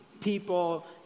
people